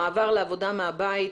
המעבר לעבודה מהבית,